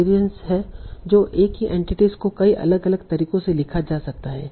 तो एक ही एंटिटी को कई अलग अलग तरीकों से लिखा जा सकता है